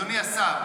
אדוני השר,